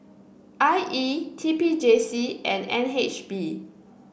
I E T P J C and N H B